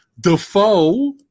Defoe